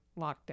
lockdown